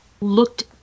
looked